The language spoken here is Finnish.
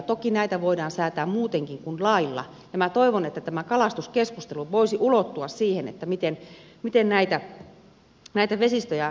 toki näitä voidaan säätää muutenkin kuin lailla ja minä toivon että tämä kalastuskeskustelu voisi ulottua siihen miten näitä vesistöjä hoidetaan